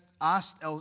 asked